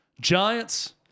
Giants